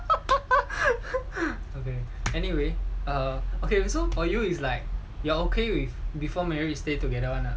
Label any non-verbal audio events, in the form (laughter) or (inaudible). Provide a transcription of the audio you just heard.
(laughs) anyway um okay so for you it's like you're okay with before marriage to stay together one lah